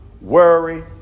worry